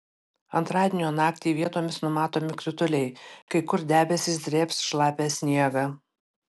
antradienio naktį vietomis numatomi krituliai kai kur debesys drėbs šlapią sniegą